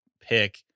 pick